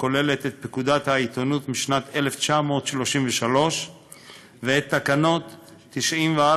הכוללת את פקודת העיתונות משנת 1933 ואת תקנות 94,